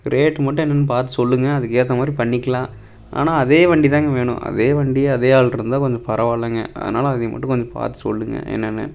rate மட்டும் என்னென்னு பார்த்து சொல்லுங்கள் அதுக்கு ஏற்ற மாதிரி பண்ணிக்கலாம் ஆனால் அதே வண்டி தாங்க வேணும் அதே வண்டி அதே ஆளிருந்தா கொஞ்சம் பரவாயில்லங்க அதனால் அதை மட்டும் கொஞ்சம் பார்த்து சொல்லுங்கள் என்னென்னு